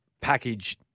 package